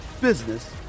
business